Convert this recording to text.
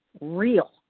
real